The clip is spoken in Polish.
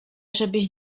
żebyś